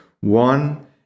One